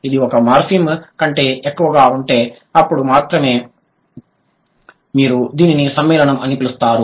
ఇది ఒక మార్ఫిమ్ కంటే ఎక్కువగా ఉంటే అప్పుడు మాత్రమే మీరు దీనిని సమ్మేళనం అని పిలుస్తారు